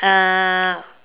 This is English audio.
uh